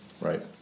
Right